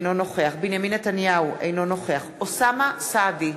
אינו נוכח בנימין נתניהו, אינו נוכח אוסאמה סעדי,